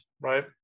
right